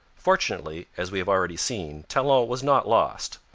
fortunately, as we have already seen, talon was not lost.